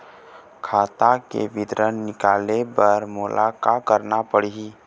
खाता के विवरण निकाले बर मोला का करना पड़ही?